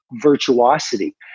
Virtuosity